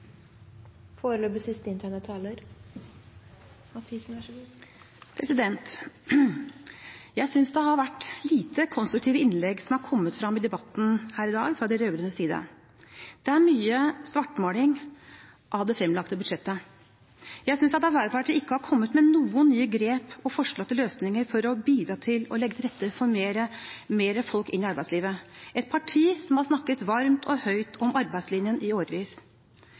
det har vært lite konstruktive innlegg fra de rød-grønnes side i debatten her i dag. Det er mye svartmaling av det fremlagte budsjettet. Jeg synes at Arbeiderpartiet ikke har kommet med noen nye grep eller forslag til løsninger for å bidra til å legge til rette for at flere folk kommer inn i arbeidslivet – et parti som har snakket varmt og høyt om arbeidslinjen i årevis.